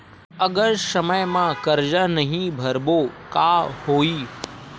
अगर समय मा कर्जा नहीं भरबों का होई?